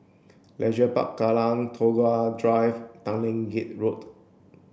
Leisure Park Kallang Tagore Drive Tanglin Gate Road